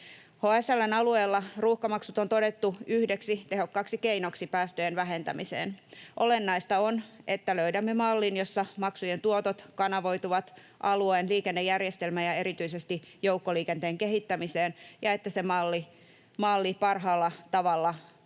HSL:n alueella ruuhkamaksut on todettu yhdeksi tehokkaaksi keinoksi päästöjen vähentämiseen. Olennaista on, että löydämme mallin, jossa maksujen tuotot kanavoituvat alueen liikennejärjestelmään ja erityisesti joukkoliikenteen kehittämiseen, ja että se malli parhaalla tavalla palvelee